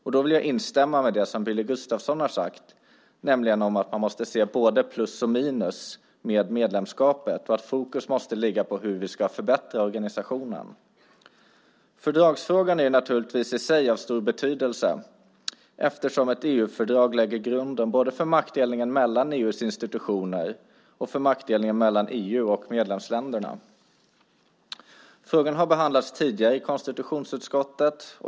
Jag vill instämma i det som Billy Gustafsson har sagt, nämligen att man måste se både plus och minus med medlemskapet och att fokus måste ligga på hur vi ska förbättra organisationen. Fördragsfrågan är naturligtvis i sig av stor betydelse eftersom ett EU-fördrag lägger grunden både för maktdelningen mellan EU:s institutioner och för maktdelningen mellan EU och medlemsländerna. Frågan har behandlats tidigare i konstitutionsutskottet.